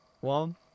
one